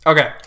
Okay